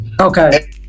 Okay